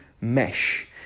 mesh